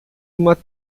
uma